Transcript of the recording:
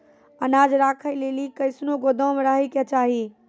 अनाज राखै लेली कैसनौ गोदाम रहै के चाही?